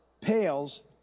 pales